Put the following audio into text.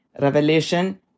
Revelation